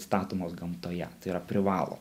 statomos gamtoje tai yra privalo